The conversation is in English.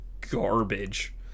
garbage